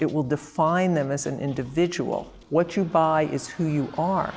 it will define them as an individual what you buy is who you are